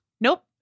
Nope